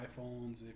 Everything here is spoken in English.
iphones